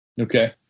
Okay